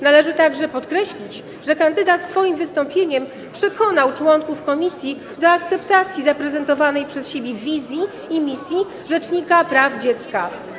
Należy także podkreślić, że kandydat swoim wystąpieniem przekonał członków komisji do akceptacji zaprezentowanej przez siebie wizji i misji rzecznika praw dziecka.